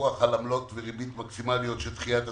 פיקוח על עמלות וריבית מקסימליות של דחיית התשלומים.